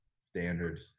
standard